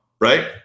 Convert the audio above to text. right